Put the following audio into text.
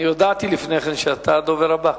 הודעתי לפני כן שאתה הדובר הבא.